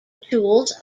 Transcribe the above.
tools